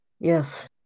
yes